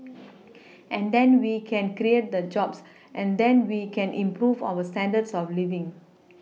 and then we can create the jobs and then we can improve our standards of living